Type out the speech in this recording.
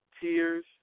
tears